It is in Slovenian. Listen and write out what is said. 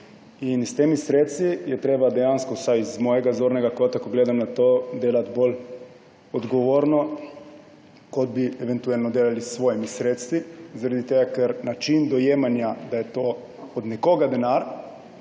S temi sredstvi je dejansko treba, vsaj z mojega zornega kota, kako gledam na to, delati bolj odgovorno, kot bi eventualno delali s svojimi sredstvi, ker način dojemanja, da je to od nekoga denar,